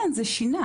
כן, זה שינה.